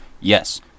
yes